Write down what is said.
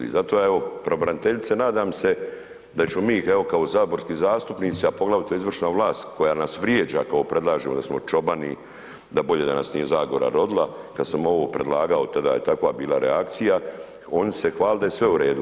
I zato ja evo, pravobraniteljice nadam se da ćemo mi evo kao saborski zastupnici a poglavito izvršna vlast koja nas vrijeđa kad predlažemo da smo čobani, da bolje da nas nije Zagora rodila, kada sam ovo predlagao tada je takva bila reakcija, oni se hvale da je sve u redu.